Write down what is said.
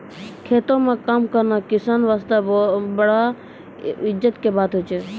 खेतों म काम करना किसान वास्तॅ बड़ा इज्जत के बात होय छै